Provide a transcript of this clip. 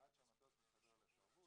עד שהמטוס מתחבר לשרוול,